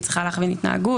היא צריכה לכוון התנהגות,